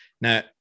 Now